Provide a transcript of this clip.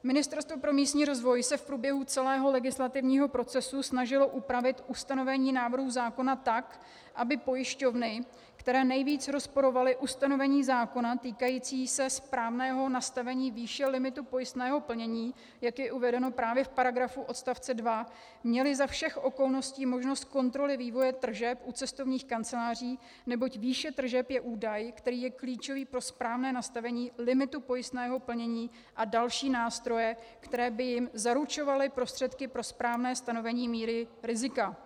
Ministerstvo pro místní rozvoj se v průběhu celého legislativního procesu snažilo upravit ustanovení návrhu zákona tak, aby pojišťovny, které nejvíce rozporovaly ustanovení zákona týkající se správného nastavení výše limitu pojistného plnění, jak je uvedeno právě v paragrafu (8) odstavce 2, měly za všech okolností možnost kontroly vývoje tržeb u cestovních kanceláří, neboť výše tržeb je údaj, který je klíčový pro správné nastavení limitu pojistného plnění a další nástroje, které by jim zaručovaly prostředky pro správné stanovení míry rizika.